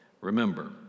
Remember